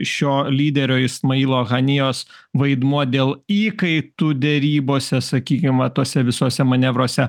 šio lyderio ismailo hanijos vaidmuo dėl įkaitų derybose sakykim va tuose visuose manevruose